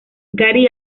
gary